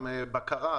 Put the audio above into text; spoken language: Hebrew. גם בקרה,